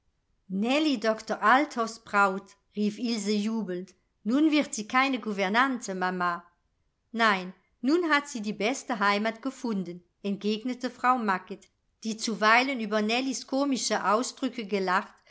nellie doktor althoffs braut rief ilse jubelnd nun wird sie keine gouvernante mama nein nun hat sie die beste heimat gefunden entgegnete frau macket die zuweilen über nellies komische ausdrücke gelacht